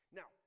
now